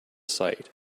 site